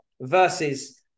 Versus